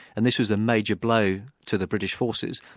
and this was a major blow to the british forces.